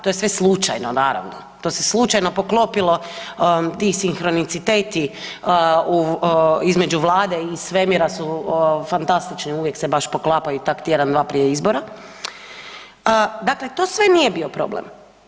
To je sve slučajno naravno, to se slučajno poklopilo ti sinhroniciteti između Vlade i svemira su fantastični i uvijek se baš poklapaju tak tjedan, dva prije izbora, dakle to sve nije bio problem.